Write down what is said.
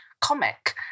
comic